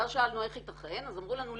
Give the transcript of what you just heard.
ואז שאלנו איך ייתכן אז אמרו לנו,